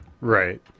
Right